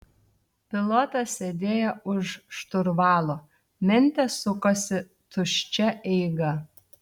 pilotas sėdėjo už šturvalo mentės sukosi tuščia eiga